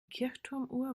kirchturmuhr